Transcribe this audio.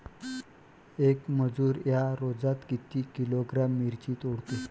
येक मजूर या रोजात किती किलोग्रॅम मिरची तोडते?